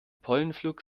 pollenflug